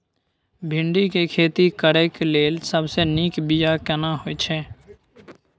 भिंडी के खेती करेक लैल सबसे नीक बिया केना होय छै?